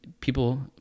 people